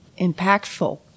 impactful